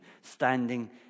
standing